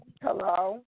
Hello